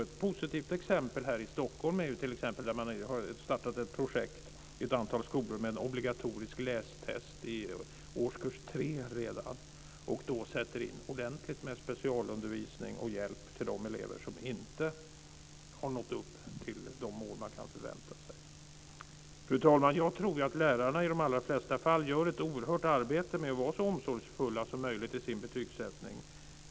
Ett positivt exempel här i Stockholm är det projekt som startats i ett antal skolor med obligatoriska lästest redan i årskurs 3, där man sätter in ordentligt med specialundervisning och hjälp till de elever som inte har nått upp till de mål man kan förvänta sig. Fru talman! Jag tror att lärarna i de allra flesta fall gör ett oerhört arbete med att vara så omsorgsfulla som möjligt i sin betygssättning.